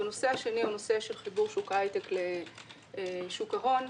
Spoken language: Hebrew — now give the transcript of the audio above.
הנושא השני הוא חיבור שוק ההייטק לשוק ההון.